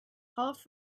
half